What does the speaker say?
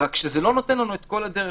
רק שזה לא נותן לנו את כל הדרך.